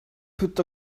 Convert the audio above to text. put